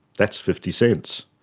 that's fifty cents.